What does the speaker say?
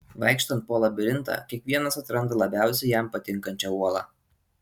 vaikštant po labirintą kiekvienas atranda labiausiai jam patinkančią uolą